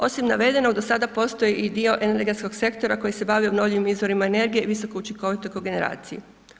Osim navedenog do sada postoji i dio energetskog sektora koji se bavi obnovljivim izvorima energije visokoučinkovitoj kogeneraciji.